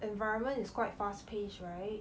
environment is quite fast pace right